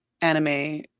anime